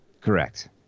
Correct